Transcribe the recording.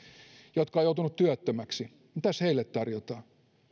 jotka ovat joutuneet työttömäksi mitäs heille tarjotaan